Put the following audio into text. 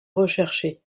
rechercher